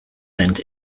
meant